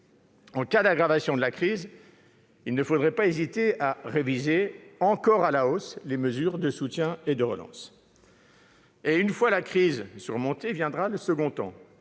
En cas d'aggravation de la crise, il ne faudrait pas hésiter à réviser encore à la hausse les mesures de soutien et de relance. Une fois la crise surmontée viendra le second temps,